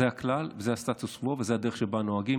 זה הכלל, זה הסטטוס קוו וזאת הדרך שבה נוהגים.